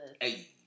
Hey